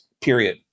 period